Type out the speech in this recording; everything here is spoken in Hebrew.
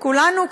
כולנו,